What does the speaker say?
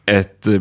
ett